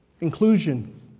Inclusion